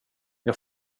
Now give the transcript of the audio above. jag